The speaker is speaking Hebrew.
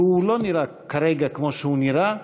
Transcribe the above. שהוא לא נראה כרגע כמו שהוא נראה,